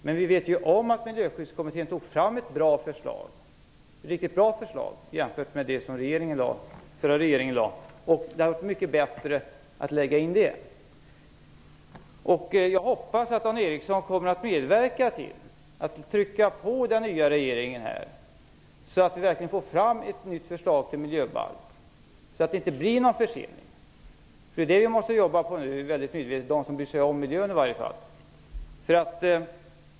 Men vi vet om att Miljöskyddskommittén tog fram ett riktigt bra förslag jämfört med det som förra regeringen lade fram. Det hade varit mycket bättre att lägga fram det. Jag hoppas att Dan Ericsson kommer att medverka till att trycka på den nya regeringen, så att vi verkligen får fram ett nytt förslag till miljöbalk utan försening. Det måste vi arbeta väldigt medvetet med, i alla fall vi som bryr oss om miljön.